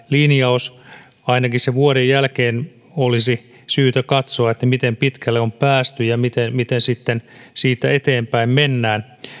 linjaus ainakin sen vuoden jälkeen olisi syytä katsoa miten pitkälle on päästy ja miten miten sitten siitä eteenpäin mennään